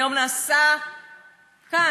היום נעשה כאן,